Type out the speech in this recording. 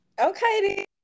Okay